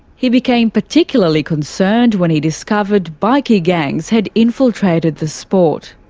he became particularly concerned when he discovered bikie gangs had infiltrated the sport.